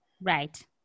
Right